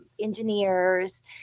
engineers